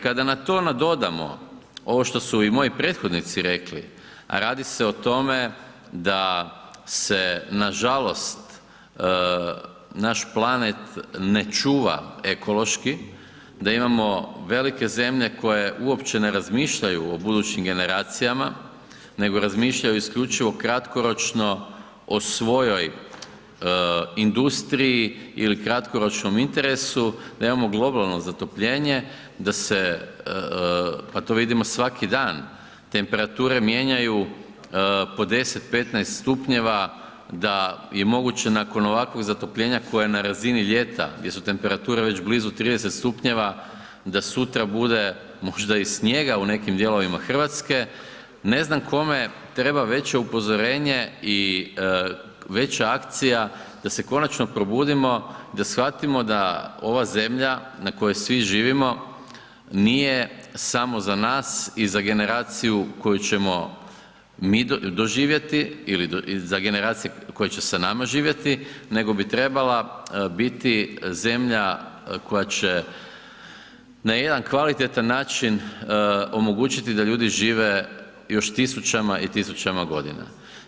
Kada na to nadodamo ovo što su i moji prethodnici rekli, a radi se o tome da se, nažalost, naš planet ne čuva ekološki, da imamo velike zemlje koje uopće ne razmišljaju o budućim generacijama, nego razmišljaju isključivo kratkoročno o svojoj industriji ili kratkoročnom interesu, da imamo globalno zatopljenje da se, pa to vidimo svaki dan, temperature mijenjaju po 10, 15 stupnjeva, da je moguće nakon ovakvog zatopljenja koje je na razini ljeta, gdje su temperature već blizu 30 stupnjeva, da sutra bude možda i snijega u nekim dijelovima RH, ne znam kome treba veće upozorenje i veća akcija da se konačno probudimo i da shvatimo da ova zemlja na kojoj svi živimo, nije samo za nas i za generaciju koju ćemo mi doživjeti ili za generacije koje će sa nama živjeti, nego bi trebala biti zemlja koja će na jedan kvalitetan način omogućiti da ljudi žive još tisućama i tisućama godina.